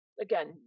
again